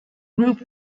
group